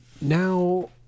Now